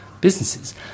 businesses